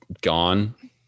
gone